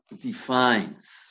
defines